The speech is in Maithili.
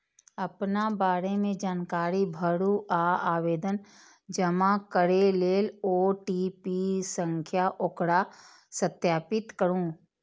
अपना बारे मे जानकारी भरू आ आवेदन जमा करै लेल ओ.टी.पी सं ओकरा सत्यापित करू